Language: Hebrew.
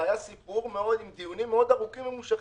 זה היה סיפור עם דיונים מאוד ארוכים וממושכים.